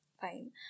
fine